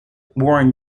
warren